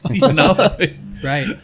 Right